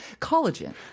collagen